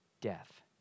death